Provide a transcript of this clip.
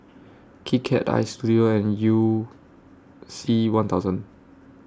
Kit Kat Istudio and YOU C one thousand